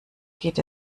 geht